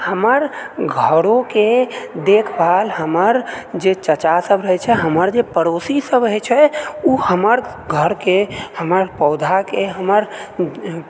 हमर घरोकेंँ देखभाल हमर जे चाचासभ रहैत छै हमर जे पड़ोसी सभ रहैत छै ओ हमर घरके हमर पौधाके हमर